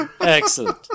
Excellent